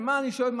למה מה אני שואל?